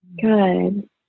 Good